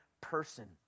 person